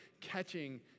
catching